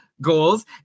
goals